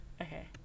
okay